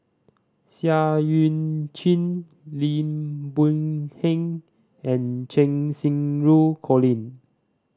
Seah Eu Chin Lim Boon Heng and Cheng Xinru Colin